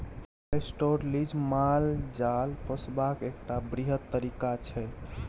pastoralism माल जाल पोसबाक एकटा बृहत तरीका छै